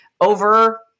over